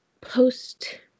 post